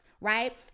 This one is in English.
right